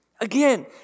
Again